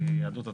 יהדות התורה.